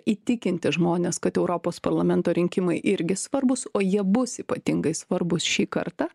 įtikinti žmones kad europos parlamento rinkimai irgi svarbūs o jie bus ypatingai svarbūs šį kartą